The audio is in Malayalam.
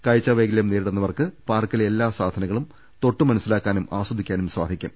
കാഴ്ച വൈകല്യം നേരിടുന്നവർക്ക് പാർക്കില്ലെ എല്ലാ സാധന ങ്ങളും തൊട്ട് മനസിലാക്കാനും ആസ്വദിക്കാനും സാധിക്കും